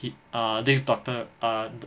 ah this doctor err